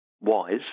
wise